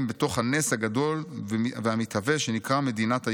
בתוך הנס הגדול והמתהווה שנקרא מדינת היהודים,